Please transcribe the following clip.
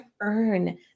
earn